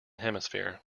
hemisphere